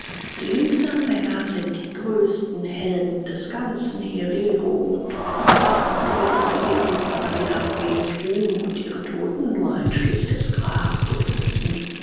diese männer sind die größten helden des ganzen herero und hottentottenkrieges gewesen aber sie haben wenig ruhm und ihre toten nur ein schlichtes grab gefunden